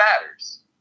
matters